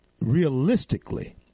realistically